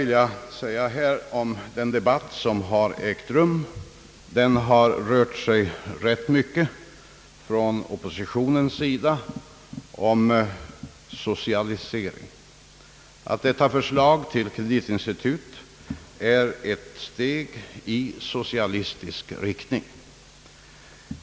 I övrigt har den debatt som ägt rum här från oppositionens sida rätt myc ket rört sig om socialisering, att förslaget om ett kreditinstitut är ett steg i socialistisk riktning.